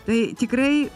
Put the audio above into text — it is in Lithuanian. tai tikrai